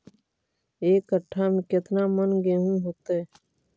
एक कट्ठा में केतना मन गेहूं होतै?